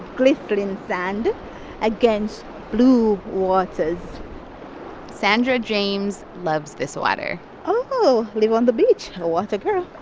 glistening sand against blue waters sandra james loves this water oh, live on the beach, water girl.